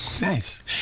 nice